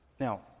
Now